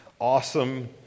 Awesome